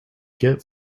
get